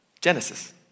Genesis